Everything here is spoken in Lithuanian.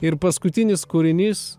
ir paskutinis kūrinys